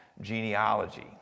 genealogy